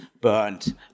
burned